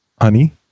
honey